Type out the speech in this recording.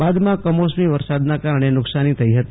બાદમાં કમોસમી વરસાદના કારણે નુકશાની થઈ હતી